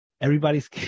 Everybody's